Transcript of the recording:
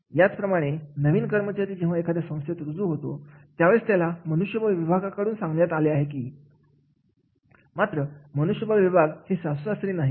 याप्रमाणेच नवीन कर्मचारी जेव्हा एखाद्या संस्थेत रुजू होतो त्यावेळी त्याला मनुष्यबळ विभागाकडून सांगण्यात आले आहे मात्र मनुष्यबळ विभाग हे सासू सासरे नाहीत